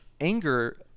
anger